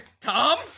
Tom